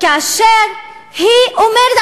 כאשר היא אומרת,